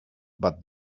but